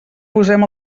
posem